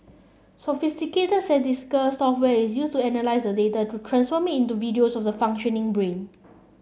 sophisticated statistical software is used to analyse the data to transform into videos of the functioning brain